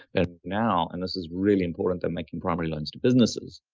ah now, and this is really important, they're making primary loans to businesses,